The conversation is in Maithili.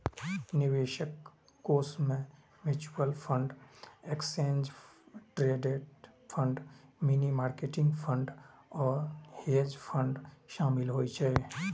निवेश कोष मे mutual fund, exchange traded fund, money market fund आ हेज फंड शामिल होइ छै